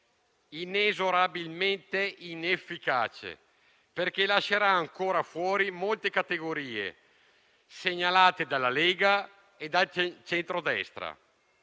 inesorabilmente inefficace, perché lascerà ancora fuori molte categorie, segnalate dalla Lega e dal centrodestra,